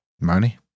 money